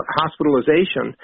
hospitalization